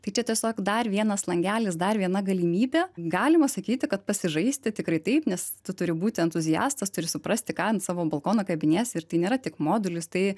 tai čia tiesiog dar vienas langelis dar viena galimybė galima sakyti kad pasižaisti tikrai taip nes tu turi būti entuziastas turi suprasti ką ant savo balkono kabiniesi ir tai nėra tik modulis tai